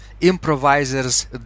improvisers